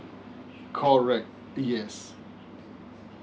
correct yes